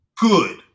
good